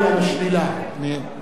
תודה רבה.